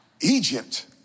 Egypt